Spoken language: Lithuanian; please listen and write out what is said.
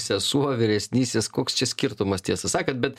sesuo vyresnysis koks čia skirtumas tiesą sakant bet